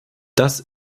das